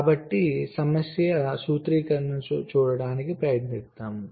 కాబట్టి సమస్య సూత్రీకరణను చూడటానికి ప్రయత్నిద్దాం